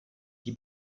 die